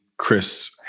Chris